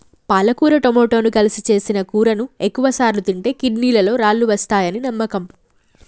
పాలకుర టమాట కలిపి సేసిన కూరని ఎక్కువసార్లు తింటే కిడ్నీలలో రాళ్ళు వస్తాయని నమ్మకం